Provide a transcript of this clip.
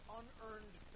unearned